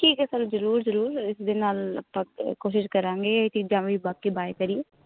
ਠੀਕ ਹੈ ਸਰ ਜ਼ਰੂਰ ਜ਼ਰੂਰ ਇਸ ਦੇ ਨਾਲ ਆਪਾਂ ਅ ਕੋਸ਼ਿਸ਼ ਕਰਾਂਗੇ ਇਹ ਚੀਜ਼ਾਂ ਵੀ ਬਾਕੀ ਬਾਏ ਕਰੀਏ